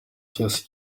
cyose